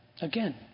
Again